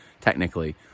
technically